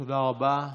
תודה רבה.